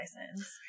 license